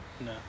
No